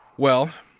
well,